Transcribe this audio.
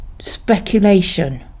speculation